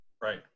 Right